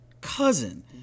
cousin